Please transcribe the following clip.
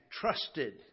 trusted